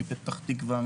מפתח תקוה,